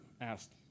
asked